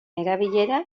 erabilera